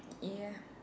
ya